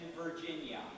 Virginia